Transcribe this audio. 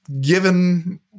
given